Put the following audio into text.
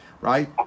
Right